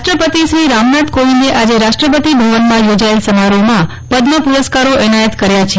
રાષ્ટ્રપતિ રામનાથ કોવિંદે આજે રાષ્ટ્રપતિ ભવનમાં યોજાયેલ સમારોહમાં પદ્મ પુરસ્કારો એનાયત કર્યા છે